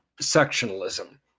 sectionalism